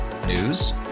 news